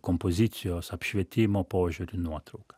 kompozicijos apšvietimo požiūriu nuotrauką